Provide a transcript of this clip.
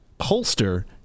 holster